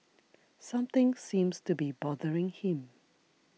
something seems to be bothering him